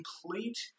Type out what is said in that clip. complete